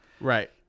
Right